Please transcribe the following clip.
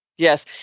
Yes